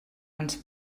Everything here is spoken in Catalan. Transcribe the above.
ens